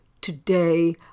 Today